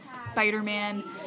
Spider-Man